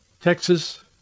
Texas